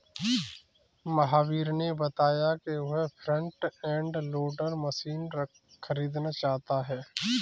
महावीर ने बताया कि वह फ्रंट एंड लोडर मशीन खरीदना चाहता है